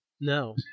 No